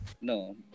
no